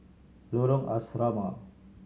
Lorong Asrama